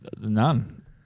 None